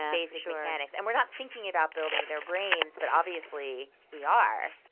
basic mechanics and we're not thinking about building their brains but obviously we are,